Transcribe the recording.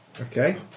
Okay